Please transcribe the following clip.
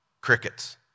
Crickets